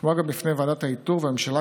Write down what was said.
כמו גם בפני ועדת האיתור והממשלה,